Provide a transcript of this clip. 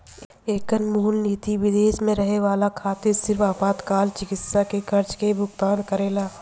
एकर मूल निति विदेश में रहे वाला खातिर सिर्फ आपातकाल चिकित्सा के खर्चा के भुगतान करेला